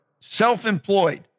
self-employed